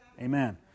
amen